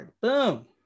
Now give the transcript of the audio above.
boom